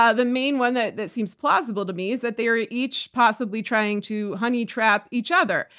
ah the main one that that seems plausible to me is that they are each possibly trying to honey trap each other,